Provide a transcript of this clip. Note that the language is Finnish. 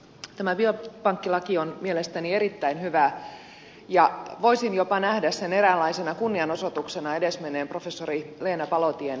tämä biopankkilaki on mielestäni erittäin hyvä ja voisin jopa nähdä sen eräänlaisena kunnianosoituksena edesmenneen professori leena palotien pitkäaikaiselle tutkimustyölle